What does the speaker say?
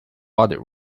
other